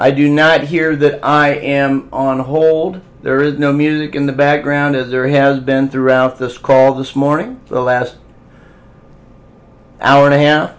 i do not hear that i am on hold there is no music in the background as there has been throughout this call this morning for the last hour and a half